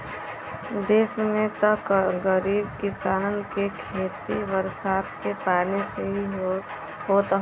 देस में त गरीब किसानन के खेती बरसात के पानी से ही होत हौ